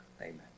Amen